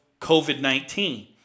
COVID-19